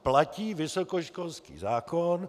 Platí vysokoškolský zákon.